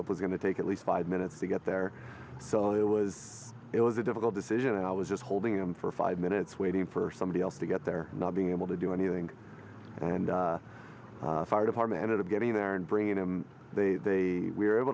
backup was going to take at least five minutes to get there so it was it was a difficult decision and i was just holding him for five minutes waiting for somebody else to get there not being able to do anything and the fire department of getting there and bringing him they were able